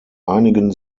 einigen